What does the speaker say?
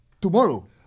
Tomorrow